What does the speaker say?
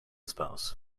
spouse